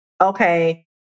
okay